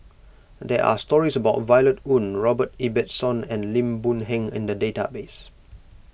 there are stories about Violet Oon Robert Ibbetson and Lim Boon Heng in the database